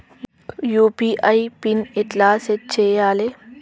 UPI pin ఎట్లా set చేయాలే?